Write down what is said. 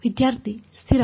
ವಿದ್ಯಾರ್ಥಿ ಸ್ಥಿರ